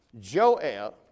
Joel